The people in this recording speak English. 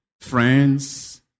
friends